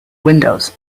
windows